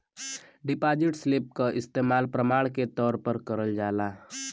deposit slip क इस्तेमाल प्रमाण के तौर पर करल जाला